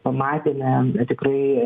pamatėme tikrai